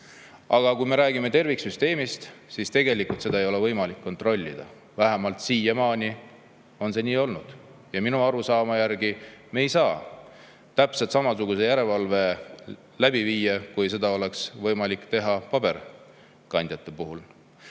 Aga kui me räägime terviksüsteemist, siis tegelikult seda ei ole võimalik kontrollida, vähemalt siiamaani on see nii olnud. Minu arusaama järgi me ei saa läbi viia täpselt samasugust järelevalvet, kui oleks võimalik teha paberkandja puhul. Minu